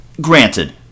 Granted